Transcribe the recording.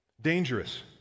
Dangerous